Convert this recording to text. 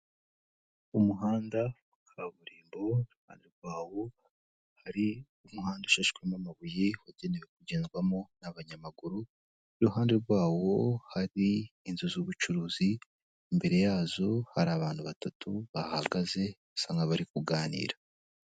Umuhanda kaburimbo wo anbawu hari umuhanda usheshwemo amabuye wagenewe kugenzwamo n'abanyamaguru iruhande rwawo hari inzu z'ubucurukuzi, imbere yazo hari abantu batatu bahagaze usanga bari kuganira.